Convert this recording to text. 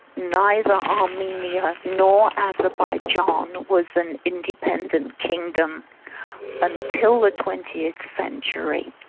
neither armenia nor azerbaijan was an independent kingdom until the twentieth century.